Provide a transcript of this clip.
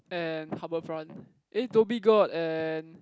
and Harbourfront eh Dhoby-Ghaut and